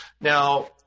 Now